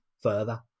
further